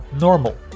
normal